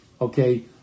okay